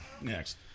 Next